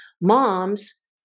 moms